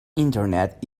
internet